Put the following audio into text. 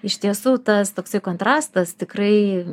iš tiesų tas toksai kontrastas tikrai